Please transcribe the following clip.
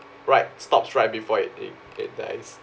right stops right before it it it dies